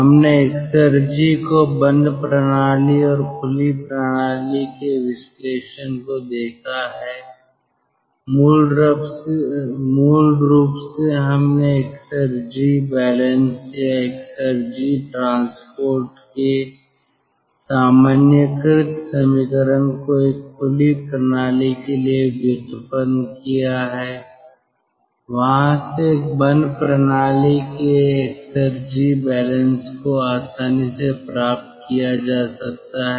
हमने एक्सेरजी को बंद प्रणाली और खुली प्रणाली के विश्लेषण को देखा है मूल रूप से हमने एक्सेरजी बैलेंस या एक्सेरजी ट्रांसपोर्ट के सामान्यीकृत समीकरण को एक खुली प्रणाली के लिए व्युत्पन्न किया है वहां से एक बंद प्रणाली के एक्सेरजी बैलेंस को आसानी से प्राप्त किया जा सकता है